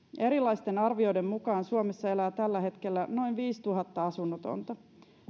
erilaisten arvioiden mukaan suomessa elää tällä hetkellä noin viisituhatta asunnotonta